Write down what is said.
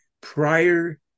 prior